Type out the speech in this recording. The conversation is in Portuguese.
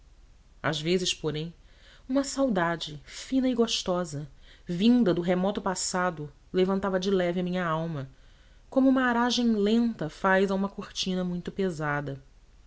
às vezes porém uma saudade fina e gostosa vinda do remoto passado levantava de leve a minha alma como uma aragem lenta faz a uma cortina muito pesada